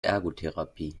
ergotherapie